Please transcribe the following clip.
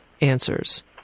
answers